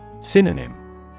Synonym